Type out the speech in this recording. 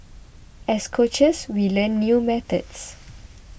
as coaches we learn new methods